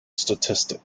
statistic